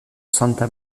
santa